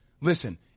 Listen